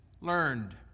learned